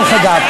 דרך אגב,